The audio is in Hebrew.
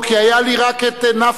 לא, כי היה לי רק נפאע.